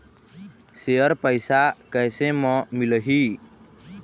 Share पैसा कैसे म मिलही?